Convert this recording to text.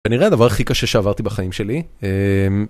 כנראה הדבר הכי קשה שעברתי בחיים שלי